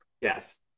Yes